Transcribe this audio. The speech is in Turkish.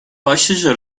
başlıca